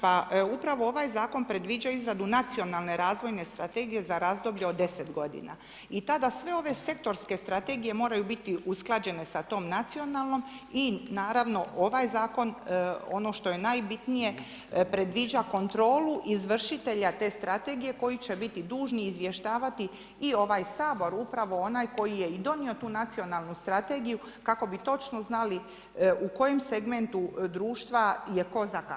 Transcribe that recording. Pa upravo ovaj zakon predviđa izradu nacionalne razvojne strategije za razdoblje od deset godina i tada sve ove sektorske strategije moraju biti usklađene sa tom nacionalnom i naravno ovaj zakon ono što je najbitnije predviđa kontrolu izvršitelja te strategije koji će biti dužni izvještavati i ovaj Sabor upravo onaj koji je i donio tu nacionalnu strategiju kako bi točno znali u kojem segmentu društva je tko zakazao.